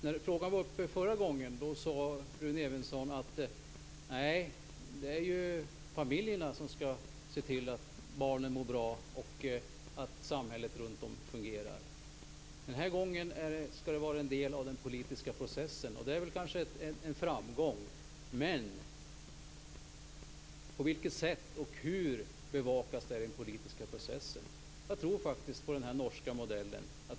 När frågan var uppe förra gången sade Rune Evensson att det är familjerna som skall se till att barnen mår bra och att samhället runt om fungerar. Den här gången skall det vara en del av den politiska processen, och det kanske är en framgång. Men på vilket sätt och hur bevakas barnsäkerhetsfrågorna i den politiska processen? Jag tror faktiskt på den norska modellen.